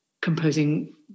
composing